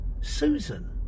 Susan